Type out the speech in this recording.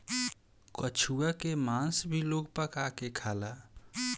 कछुआ के मास भी लोग पका के खाला